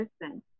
person